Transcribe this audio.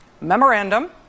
Memorandum